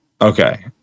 Okay